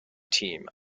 team